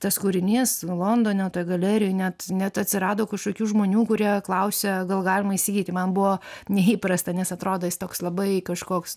tas kūrinys londone toj galerijoj net net atsirado kažkokių žmonių kurie klausė gal galima įsigyti man buvo neįprasta nes atrodo jis toks labai kažkoks